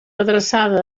adreçada